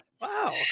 Wow